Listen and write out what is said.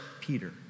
Peter